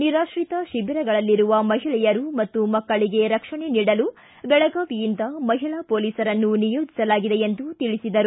ನಿರಾಶ್ರಿತ ಶಿಬಿರಗಳಲ್ಲಿರುವ ಮಹಿಳೆಯರು ಮತ್ತು ಮಕ್ಕಳಿಗೆ ರಕ್ಷಣೆ ನೀಡಲು ಬೆಳಗಾವಿಯಿಂದ ಮಹಿಳಾ ಪೊಲೀಸರನ್ನು ನಿಯೋಜಿಸಲಾಗಿದೆ ಎಂದು ತಿಳಿಸಿದರು